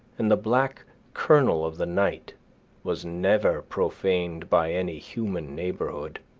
and the black kernel of the night was never profaned by any human neighborhood.